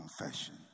confession